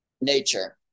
nature